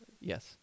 yes